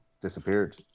disappeared